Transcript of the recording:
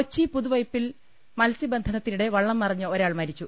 കൊച്ചി പുതുവൈപ്പിൽ മത്സ്യബന്ധനത്തിനിടെ വള്ളം മറിഞ്ഞ് ഒരാൾ മരിച്ചു